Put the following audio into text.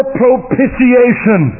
propitiation